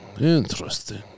Interesting